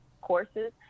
courses